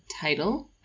title